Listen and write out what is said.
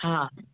हा